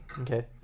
Okay